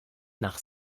nach